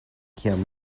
kiam